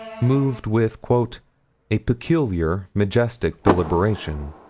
moved with a peculiar, majestic deliberation.